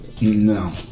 No